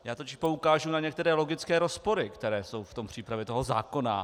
Já totiž poukážu na některé logické rozpory, které jsou v přípravě toho zákona.